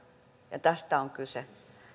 ja tästä on kyse